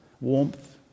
warmth